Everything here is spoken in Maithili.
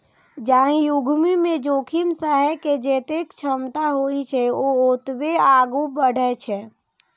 जाहि उद्यमी मे जोखिम सहै के जतेक क्षमता होइ छै, ओ ओतबे आगू बढ़ै छै